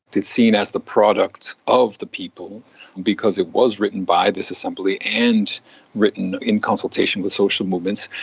it's seen as the product of the people because it was written by this assembly and written in consultation with social movements,